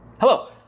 Hello